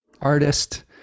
artist